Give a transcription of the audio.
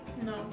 No